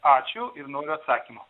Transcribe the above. ačiū ir noriu atsakymo